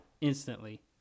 instantly